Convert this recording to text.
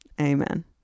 amen